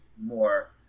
more